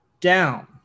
down